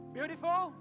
Beautiful